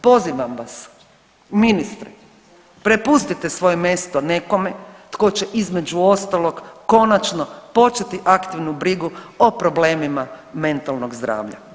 Pozivam vas ministre prepustite svoje mjesto nekome tko će između ostalog konačno početi aktivnu brigu o problemima mentalnog zdravlja,